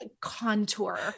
contour